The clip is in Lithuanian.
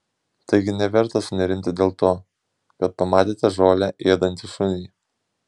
taigi neverta sunerimti dėl to kad pamatėte žolę ėdantį šunį